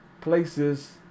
places